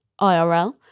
IRL